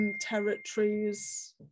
territories